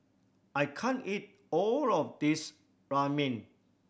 I can't eat all of this Ramen